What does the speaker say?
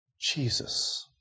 Jesus